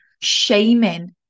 shaming